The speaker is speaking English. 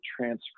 transfer